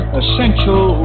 essential